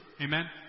amen